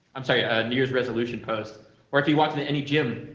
i am sorry, a new year's resolution post or if you walk to any gym,